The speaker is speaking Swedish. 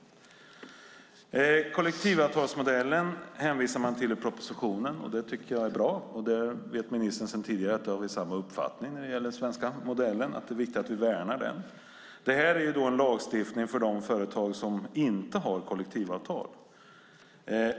Kollektivavtalsmodellen hänvisar man till i propositionen. Det tycker jag är bra. Ministern vet sedan tidigare att vi har samma uppfattning när det gäller den svenska modellen, att det är viktigt att värna den. Det är en lagstiftning för de företag som inte har kollektivavtal.